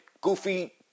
goofy